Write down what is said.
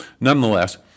Nonetheless